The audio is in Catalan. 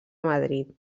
madrid